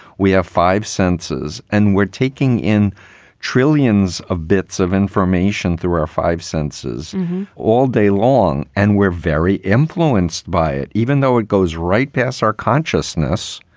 we have five senses and we're taking in trillions of bits of information through our five senses all day long. and we're very influenced by it, even though it goes right past our consciousness.